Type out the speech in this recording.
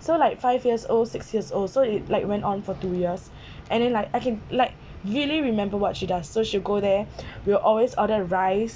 so like five years old six years old so it's like went on for two years and then like I can like really remember what she does so she go there will always order rice